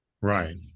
Right